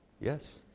yes